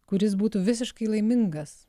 kuris būtų visiškai laimingas